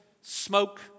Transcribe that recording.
smoke